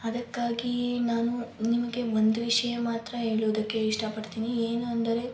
ಅದಕ್ಕಾಗಿ ನಾನು ನಿಮಗೆ ಒಂದು ವಿಷಯ ಮಾತ್ರ ಹೇಳುವುದಕ್ಕೆ ಇಷ್ಟಪಡ್ತೀನಿ ಏನು ಅಂದರೆ